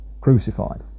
crucified